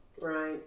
Right